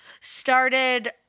started